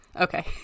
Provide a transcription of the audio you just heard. Okay